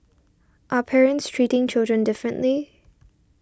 are parents treating children differently